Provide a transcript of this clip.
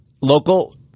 local